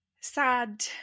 sad